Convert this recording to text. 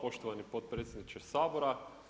poštovani potpredsjedniče Sabora.